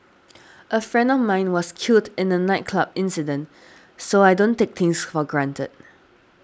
a friend of mine was killed in a nightclub incident so I don't take things for granted